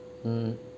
mm